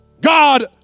God